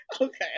okay